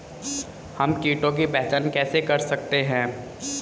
हम कीटों की पहचान कैसे कर सकते हैं?